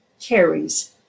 carries